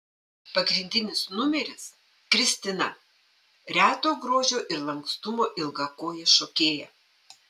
pagrindinis numeris kristina reto grožio ir lankstumo ilgakojė šokėja